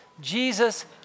Jesus